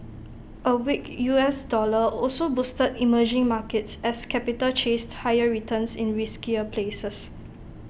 A weak U S dollar also boosted emerging markets as capital chased higher returns in riskier places